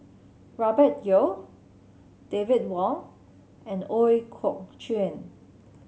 Robert Yeo David Wong and Ooi Kok Chuen